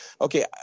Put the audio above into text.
Okay